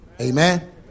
Amen